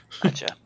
Gotcha